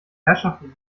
herrschaften